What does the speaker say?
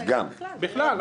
סייעות בכלל.